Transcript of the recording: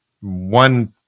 one